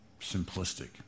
simplistic